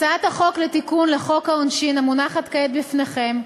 הצעת החוק לתיקון חוק העונשין, המונחת כעת בפניכם,